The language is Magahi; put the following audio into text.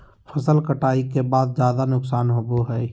फसल कटाई के बाद ज्यादा नुकसान होबो हइ